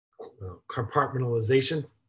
compartmentalization